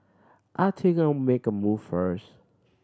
I take a make a move first